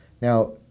Now